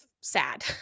sad